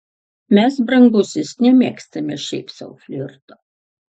mes brangusis nemėgstame šiaip sau flirto